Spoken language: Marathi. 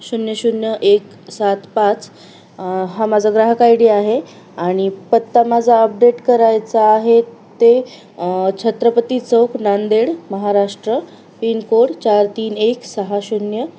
शून्य शून्य एक सात पाच हा माझा ग्राहक आय डी आहे आणि पत्ता माझा अपडेट करायचा आहे ते छत्रपती चौक नांदेड महाराष्ट्र पिनकोड चार तीन एक सहा शून्य